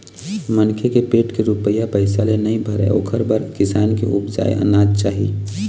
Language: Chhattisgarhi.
मनखे के पेट के रूपिया पइसा ले नइ भरय ओखर बर किसान के उपजाए अनाज चाही